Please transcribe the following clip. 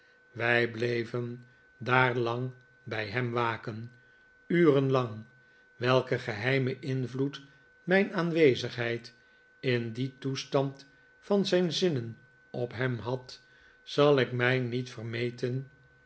wij bleven daar lang bij hem waken uren lang welken geheimen invloed mijn aanwezigheid in dien toestand van zijn zinnen op hem had zal ik mij niet vermeten